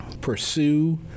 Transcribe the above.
pursue